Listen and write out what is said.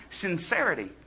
Sincerity